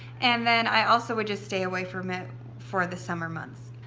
and then i also would just stay away from it for the summer months.